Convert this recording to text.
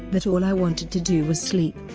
that all i wanted to do was sleep.